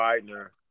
Widener